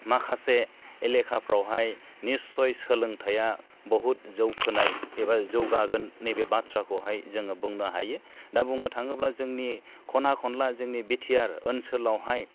माखासे एलेखाफ्रावहाय निसय सोलोंथाया बहुद जौखोनाय एबा जौगागोन नैबे बाथ्राखौहाय जोङो बुंनो हायो दा बुंनो थाङोब्ला जोंनि खना खनला जोंनि बिटिआर ओनसोलावहाय